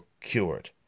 cured